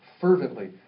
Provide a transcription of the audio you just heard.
fervently